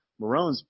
Marones